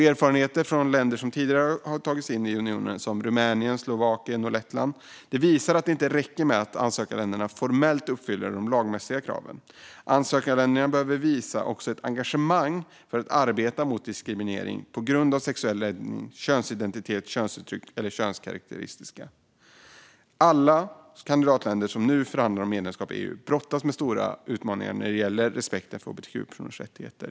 Erfarenheterna från länder som tidigare har tagit sig in i unionen, som Rumänien, Slovakien och Lettland, visar att det inte räcker att ansökarländerna formellt uppfyller de lagmässiga kraven. Ansökarländerna behöver också visa ett engagemang för att arbeta mot diskriminering på grund av sexuell läggning, könsidentitet, könsuttryck eller könskarakteristika. Alla kandidatländer som nu förhandlar om medlemskap i EU brottas med stora utmaningar när det gäller respekten för hbtq-personers rättigheter.